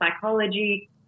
psychology